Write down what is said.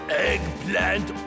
Eggplant